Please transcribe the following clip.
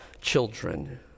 children